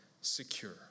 secure